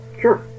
sure